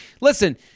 listen